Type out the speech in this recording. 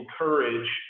encourage